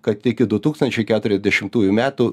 kad iki du tūkstančiai keturiasdešimtųjų metų